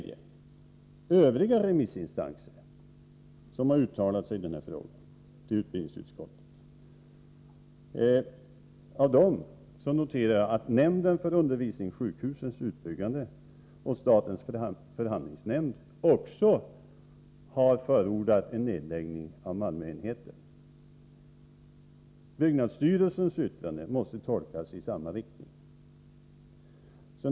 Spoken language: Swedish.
Av övriga remissinstanser som i den här frågan avgett yttrande till utbildningsutskottet noterar jag att även nämnden för undervisningssjukhusens utbyggande och statens förhandlingsnämnd förordat en nedläggning av enheten i Malmö. Byggnadsstyrelsens yttrande måste tolkas i samma riktning.